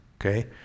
Okay